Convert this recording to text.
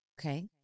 Okay